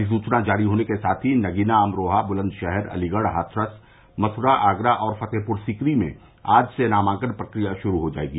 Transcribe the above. अधिसूचना जारी होने के साथ ही नगीना अमरोहा बुलन्दशहर अलीगढ़ हाथरस मथुरा आगरा फतेहपुर सीकरी में आज से नामांकन प्रकिया शुरू हो जायेगी